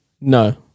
No